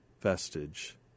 vestige